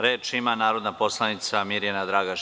Reč ima narodna poslanica Mirjana Dragaš.